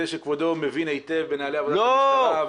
שכבודו מבין היטב בנוהלי העבודה במשטרה,